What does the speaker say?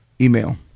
email